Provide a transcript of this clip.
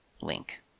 link